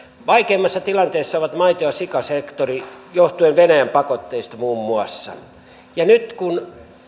vaikeimmassa tilanteessa ovat maito ja sikasektori johtuen venäjän pakotteista muun muassa nyt kun